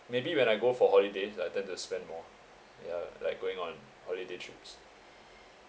maybe when I go for holidays I tend to spend more ya like going on holiday trips